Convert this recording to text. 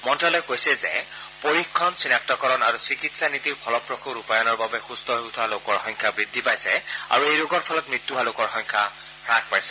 মন্ত্যালয়ে কৈছে যে পৰীক্ষণ চিনাক্তকৰণ আৰু চিকিৎসা নীতিৰ ফলপ্ৰসু ৰূপায়ণৰ বাবে সুস্থ হৈ উঠা লোকৰ সংখ্যা বৃদ্ধি পাইছে আৰু এই ৰোগৰ ফলত মৃত্যু হোৱা লোকৰ সংখ্যা হ্যাস পাইছে